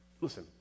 Listen